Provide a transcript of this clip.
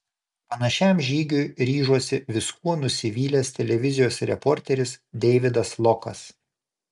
panašiam žygiui ryžosi viskuo nusivylęs televizijos reporteris deividas lokas